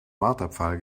marterpfahl